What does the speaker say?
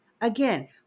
again